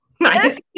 Nice